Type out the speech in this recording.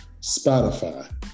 Spotify